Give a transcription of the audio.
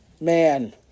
man